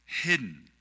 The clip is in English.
hidden